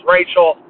Rachel